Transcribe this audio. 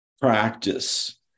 practice